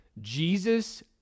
Jesus